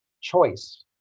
choice